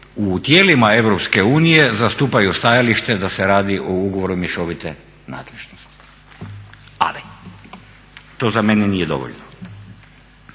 u tijelima europske unije zastupaju stajalište da se radi o ugovoru mješovite nadležnosti. Ali to za mene nije dovoljno.